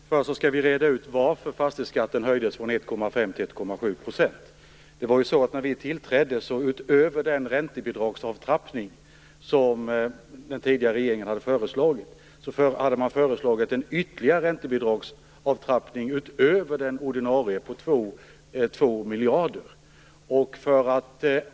Fru talman! Först skall vi reda ut varför fastighetsskatten höjdes från 1,5 % till 1,7 %. När vi tillträdde hade den tidigare regeringen föreslagit ytterligare en räntebidragsavtrappning utöver den ordinarie på 2 miljarder.